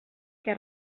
què